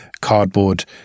cardboard